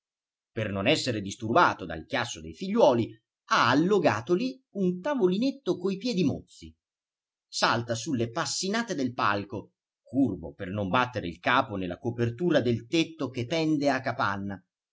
per non essere disturbato dal chiasso dei figliuoli ha allogato lì un tavolinetto coi piedi mozzi salta sulle passinate del palco curvo per non battere il capo nella copertura del tetto che pende a capanna